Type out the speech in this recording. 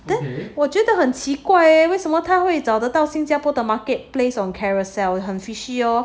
then 我觉得很奇怪为什么他会找得到新加坡 the marketplace on Carousell 很 fishy 哦